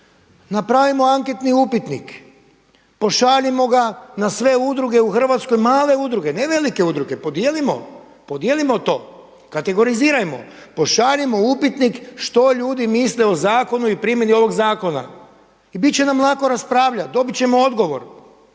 napravimo anketni upitnik, pošaljimo ga na sve udruge u Hrvatskoj, male udruge, ne velike udruge, podijelimo to, kategorizirajmo, pošaljimo upitnik što ljudi misle o zakonu i primjeni ovog zakona i bit će nam lako raspravljati, dobit ćemo odgovor